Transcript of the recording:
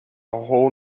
whole